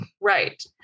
Right